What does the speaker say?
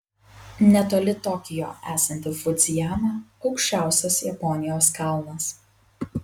netoli tokijo esanti fudzijama aukščiausias japonijos kalnas